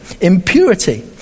impurity